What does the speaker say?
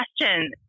question